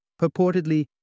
purportedly